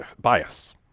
bias